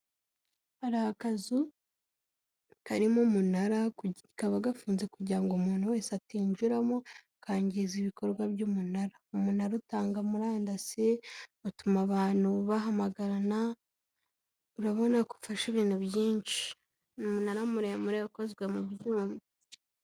Hari akazu karimo umunara kaba gafunze kugira ngo umuntu wese atinjiramo akangiza ibikorwa by'umunara. Umunara utanga murandasi, utuma abantu bahamagarana, urabona ko ufasha ibintu byinshi. Ni umunara muremure ukozwe mu byuma.